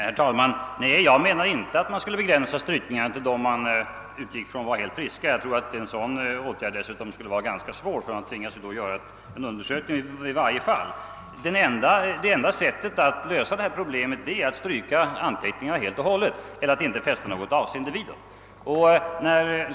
Herr talman! Nej, jag menar inte att man skulle begränsa strykningarna till sådana antecknade, som man förutsätter är helt friska. En sådan åtgärd tror jag dessutom skulle vara ganska svår att genomföra, eftersom man då ändå tvingas göra en undersökning. Det enda sättet att lösa detta problem är att stryka anteckningarna helt och hållet eller att inte fästa något avseende vid dem.